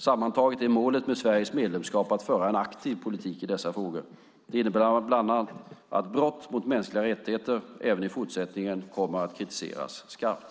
Sammantaget är målet med Sveriges medlemskap att föra en aktiv politik i dessa frågor. Det innebär bland annat att brott mot mänskliga rättigheter även i fortsättningen kommer att kritiseras skarpt.